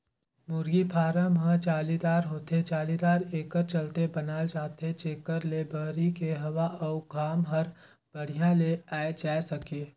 मुरगी फारम ह जालीदार होथे, जालीदार एकर चलते बनाल जाथे जेकर ले बहरी के हवा अउ घाम हर बड़िहा ले आये जाए सके